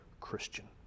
Christian